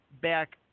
back